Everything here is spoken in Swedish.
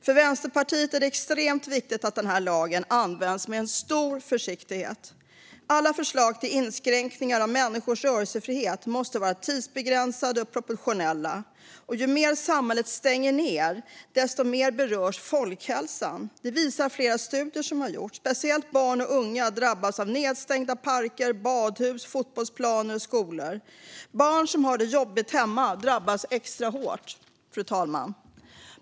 För Vänsterpartiet är det extremt viktigt att lagen används med en stor försiktighet. Alla förslag till inskränkningar av människors rörelsefrihet måste vara tidsbegränsade och proportionella. Ju mer samhället stänger ned, desto mer berörs folkhälsan. Det visar flera studier som har gjorts. Speciellt barn och unga drabbas av nedstängda parker, badhus, fotbollsplaner och skolor. Barn som har det jobbigt hemma drabbas extra hårt, fru talman.